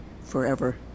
forever